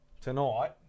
Tonight